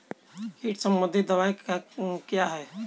कीट संबंधित दवाएँ क्या हैं?